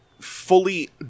fully